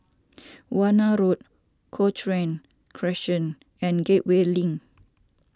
Warna Road Cochrane Crescent and Gateway Link